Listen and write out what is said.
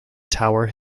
tower